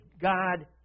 God